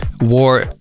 war